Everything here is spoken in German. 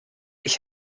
ich